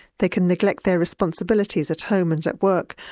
they can neglect their responsibilities at home and at work,